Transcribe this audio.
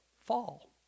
Fall